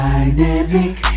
Dynamic